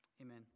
Amen